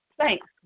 Thanks